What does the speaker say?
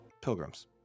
Pilgrims